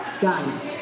Guns